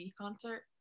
concert